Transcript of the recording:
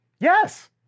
Yes